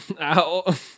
ow